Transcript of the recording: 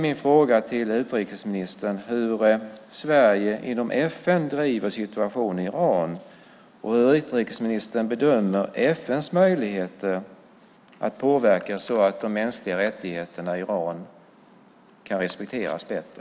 Hur driver Sverige inom FN frågan om situationen i Iran, och hur bedömer utrikesministern FN:s möjligheter att påverka så att de mänskliga rättigheterna i Iran kan respekteras bättre?